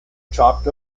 chopped